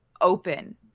open